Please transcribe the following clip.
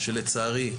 לצערי,